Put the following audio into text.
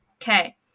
Okay